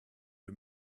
the